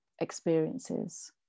experiences